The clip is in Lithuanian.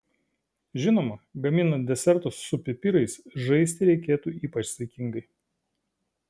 žinoma gaminant desertus su pipirais žaisti reikėtų ypač saikingai